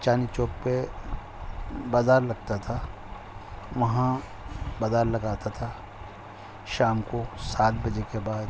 چاندنی چوک پہ بازار لگتا تھا وہاں بازار لگاتا تھا شام کو سات بجے کے بعد